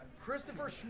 Christopher